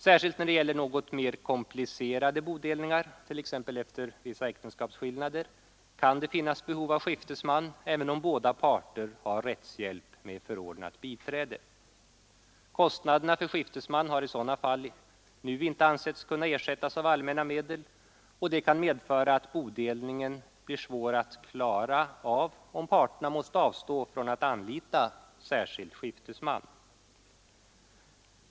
Särskilt när det gäller något mer komplicerade bodelningar, t.ex. efter vissa äktenskapsskillnader, kan det finnas behov av skiftesman, även om båda parter har rättshjälp med förordnat biträde. Kostnaderna för skiftesman har i sådana fall inte ansetts kunna ersättas av allmänna medel, och detta kan medföra att bodelningen blir svår att klara av, om parterna måste avstå från att anlita särskild skiftesman.